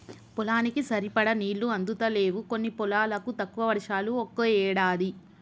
పొలానికి సరిపడా నీళ్లు అందుతలేవు కొన్ని పొలాలకు, తక్కువ వర్షాలు ఒక్కో ఏడాది